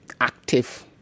active